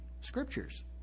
scriptures